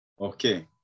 Okay